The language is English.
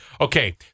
Okay